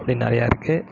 இப்படி நிறையா இருக்குது